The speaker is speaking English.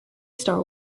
star